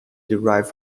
derived